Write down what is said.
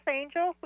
angel